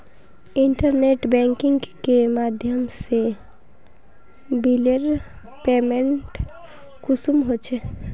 Internet banking के माध्यम से बिलेर पेमेंट कुंसम होचे?